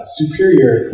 superior